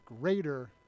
greater